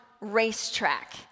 racetrack